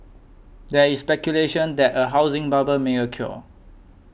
there is speculation that a housing bubble may occur